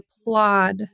applaud